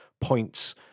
points